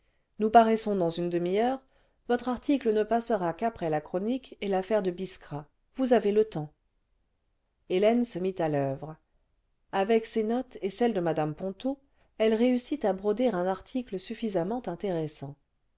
nous paraissons dans une demiheure votre article ne passera qu'après la chronique et l'affaire de biskra vous avez le temps hélène se mit à l'oeuvre avec ses notes et celles de mme ponto elle réussit à broder un article suffisamment intéressant